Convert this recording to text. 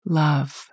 love